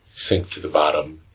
sink to the bottom,